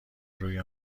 روی